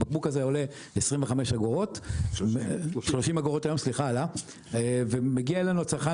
הבקבוק הזה עולה 30 אגורות היום ומגיע אלינו הצרכן